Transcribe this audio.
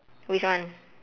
which one